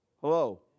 Hello